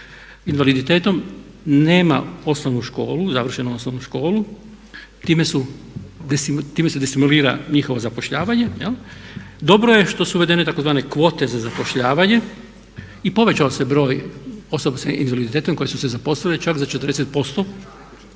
invaliditetom nema završenu osnovnu školu. Time se destimulira njihovo zapošljavanje. Dobro je što su uvedene tzv. kvote za zapošljavanje i povećao se broj osoba sa invaliditetom koje su se zaposlile, čak za 40%.